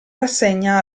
rassegna